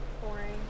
Boring